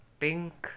pink